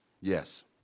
Yes